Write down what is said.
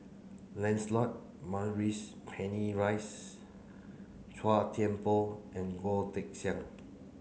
Lancelot Maurice Chua Thian Poh and Goh Teck Sian